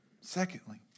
Secondly